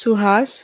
Suhas